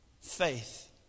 Faith